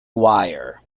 wire